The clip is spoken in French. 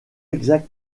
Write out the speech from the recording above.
exacte